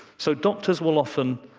so doctors will often,